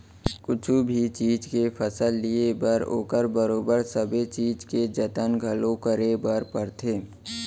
कुछु भी चीज के फसल लिये बर ओकर बरोबर सबे चीज के जतन घलौ करे बर परथे